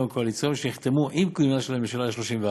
הקואליציוניים שנחתמו עם כינונה של הממשלה ה-34: